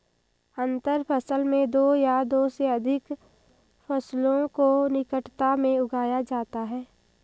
अंतर फसल में दो या दो से अघिक फसलों को निकटता में उगाया जाता है